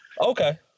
Okay